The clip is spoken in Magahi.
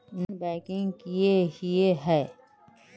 नॉन बैंकिंग किए हिये है?